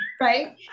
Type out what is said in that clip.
right